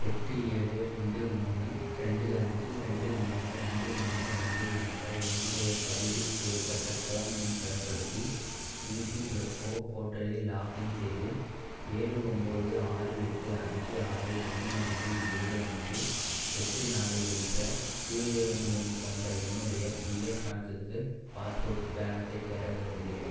எட்டு ஏழு ரெண்டு மூணு ரெண்டு அஞ்சு ரெண்டு மூணு ரெண்டு மூணு ரெண்டு என்ற என்னுடைய பதிவு செய்யப்பட்ட ஃபோன் எண் பயன்படுத்தி இபிஎஃப்ஓ போர்ட்டலில் லாக்இன் செய்து ஏழு ஒம்பது ஆறு எட்டு அஞ்சு ஆறு ஒன்று அஞ்சு ஏழு அஞ்சு எட்டு நாலு என்ற யூஏஎன் எண் கொண்ட என்னுடைய பிஎஃப் கணக்குக்கு பாஸ்புக் பேலன்ஸை பெற விரும்புகிறேன்